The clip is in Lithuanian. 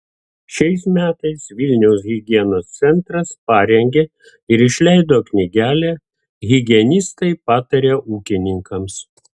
šiais metais vilniaus higienos centras parengė ir išleido knygelę higienistai pataria ūkininkams